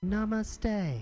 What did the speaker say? Namaste